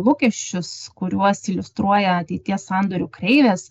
lūkesčius kuriuos iliustruoja ateities sandorių kreivės